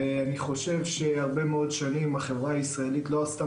אני חושב שהרבה מאוד שנים החברה הישראלית לא עשתה